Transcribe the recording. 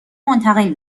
منتقل